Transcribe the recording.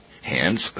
hence